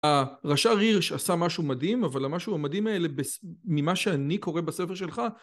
הרש"ר הירש עשה משהו מדהים, אבל המשהו המדהים האלה, ממה שאני קורא בספר שלך